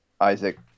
Isaac